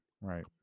right